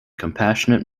compassionate